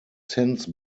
since